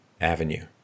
avenue